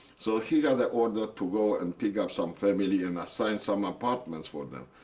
so he got the order to go and pick up some family and assign some apartments for them.